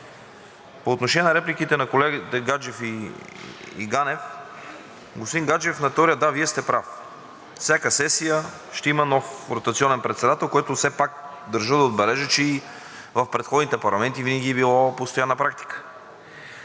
По отношение репликите на колегите Гаджев и Ганев. Господин Гаджев, на теория – да, Вие сте прав, всяка сесия ще има нов ротационен председател, който, все пак държа да отбележа, че и в предходните парламенти винаги е било постоянна практика.